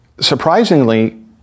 surprisingly